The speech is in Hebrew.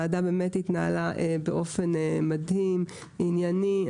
הועדה התנהלה באמת באופן מדהים, ענייני.